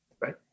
right